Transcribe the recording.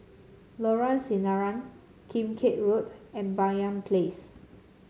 Lorong Sinaran Kim Keat Road and Banyan Place